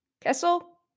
kessel